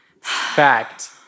Fact